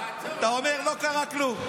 אתה אומר: לא קרה כלום.